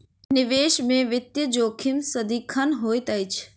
निवेश में वित्तीय जोखिम सदिखन होइत अछि